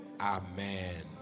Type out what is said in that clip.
Amen